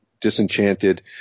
disenchanted